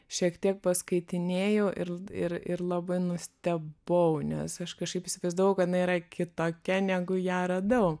šiek tiek paskaitinėjau ir ir ir labai nustebau nes aš kažkaip įsivaizdavau kad jinai yra kitokia negu ją radau